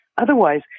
otherwise